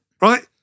Right